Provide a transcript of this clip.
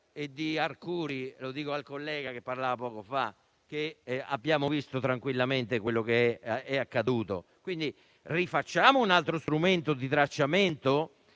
e di Arcuri? Lo dico al collega che è intervenuto poco fa: abbiamo visto tranquillamente quello che è accaduto. Rifacciamo un altro strumento di tracciamento?